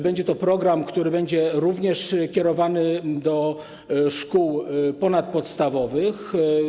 Będzie to program, który będzie również kierowany do szkół ponadpodstawowych.